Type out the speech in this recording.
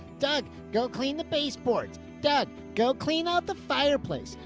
doug, go clean the baseboards. dad, go clean out the fireplace.